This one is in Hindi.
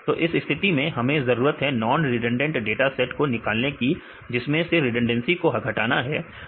तो इस स्थिति में हमें जरूरत है नॉन रिडंडेंट डाटा सेट को निकालने की जिसमें से रिडंडेंसी को घटाना है